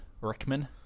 Rickman